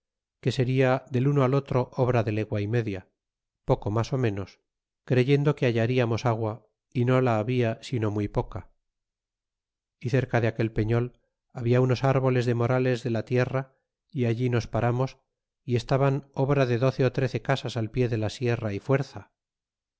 que seria del uno al otro obra de legua y media poco mas á ménos creyendo que hallriamos agua y no la habia sino muy poca y cerca de aquel peño l habla unos árboles de morales de la tierra y allí nos paramos y estaban obra de doce á trece casas al pie de la sierra y fuerza